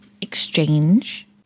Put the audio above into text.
exchange